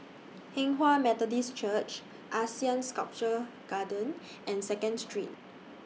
Hinghwa Methodist Church Asean Sculpture Garden and Second Street